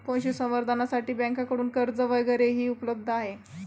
पशुसंवर्धनासाठी बँकांकडून कर्ज वगैरेही उपलब्ध आहे